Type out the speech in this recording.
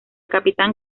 capitán